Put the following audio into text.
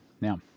Now